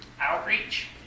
outreach